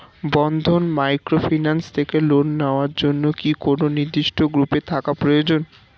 বন্ধন microfinance থেকে loan নেওয়ার জন্য কি কোন নির্দিষ্ট গ্রুপে থাকা প্রয়োজন?